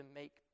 make